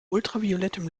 ultraviolettem